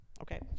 Okay